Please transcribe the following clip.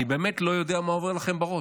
אני באמת לא יודע מה עובר לכם בראש.